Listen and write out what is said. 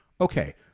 Okay